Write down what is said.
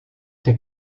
der